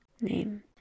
Name